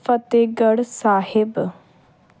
Fatehgarh Sahib